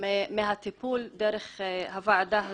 מהטיפול דרך הוועדה הזו.